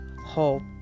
Hope